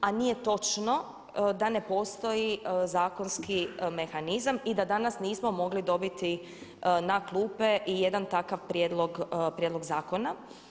A nije točno da ne postoji zakonski mehanizam i da danas nismo mogli dobiti na klupe i jedan takav prijedlog zakona.